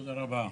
תודה רבה.